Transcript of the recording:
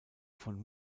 von